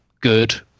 good